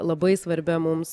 labai svarbia mums